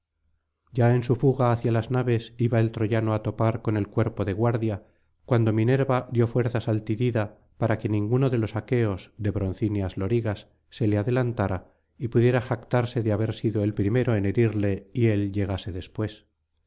ya en su fuga hacia las naves iba el troyano á topar con el cuerpo de guardia cuando minerva dio fuerzas al tidida para que ninguno de los aqueos de broncíneas lorigas se le adelantara y pudiera jactarse de haber sido el primero en herirle y él llegase después